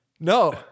No